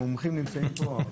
המומחים נמצאים פה.